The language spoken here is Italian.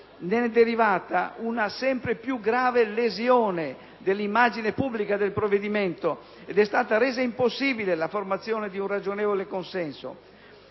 Ne è derivata una sempre più grave lesione dell'immagine pubblica del provvedimento ed è stata resa impossibile la formazione di un ragionevole consenso,